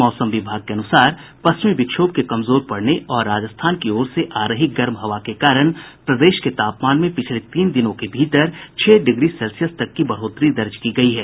मौसम विभाग के अनूसार पश्चिमी विक्षोभ के कमजोर पड़ने और राजस्थान की ओर से आ रही गर्म हवा के कारण प्रदेश के तापमान में पिछले तीन दिनों के भीतर छह डिग्री सेल्सियस तक की बढ़ोतरी दर्ज की गयी है